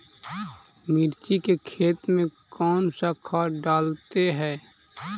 मिर्ची के खेत में कौन सा खाद डालते हैं?